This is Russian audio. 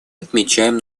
отмечаем